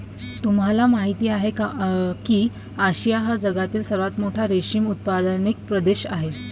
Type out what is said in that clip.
तुम्हाला माहिती आहे का की आशिया हा जगातील सर्वात मोठा रेशीम उत्पादक प्रदेश आहे